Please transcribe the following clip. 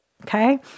Okay